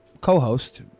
co-host